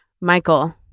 Michael